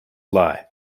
lie